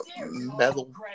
metal